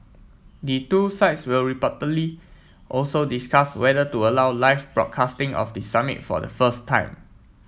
the two sides will reportedly also discuss whether to allow live broadcasting of the summit for the first time